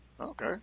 Okay